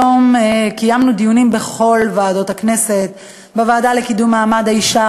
היום קיימנו דיונים בכל ועדות הכנסת: בוועדה לקידום מעמד האישה